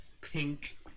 pink